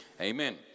Amen